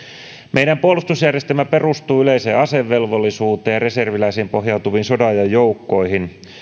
meidän puolustusjärjestelmämme perustuu yleiseen asevelvollisuuteen ja reserviläisiin pohjautuviin sodanajan joukkoihin